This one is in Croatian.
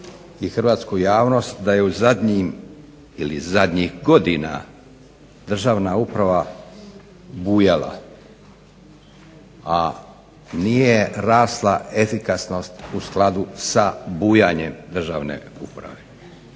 hrvatsku javnost da je u zadnjim ili zadnjih godina državna uprava bujala, a nije rasla efikasnost u skladu sa bujanjem državne uprave.